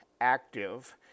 active